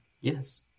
Yes